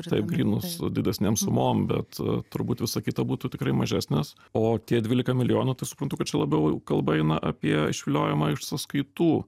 ir taip grynus didesnėm sumom bet turbūt visa kita būtų tikrai mažesnės o tie dvylika milijonų tai suprantu kad čia labiau kalba eina apie išviliojimą iš sąskaitų